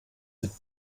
mit